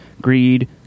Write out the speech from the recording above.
greed